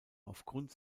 aufgrund